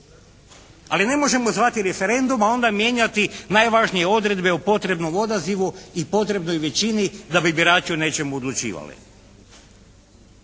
Ali ne možemo zvati referendum a onda mijenjati najvažnije odredbe o potrebnu odazivu i potrebnoj većini da bi birači o nečemu odlučivali.